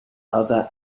other